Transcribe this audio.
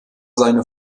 seine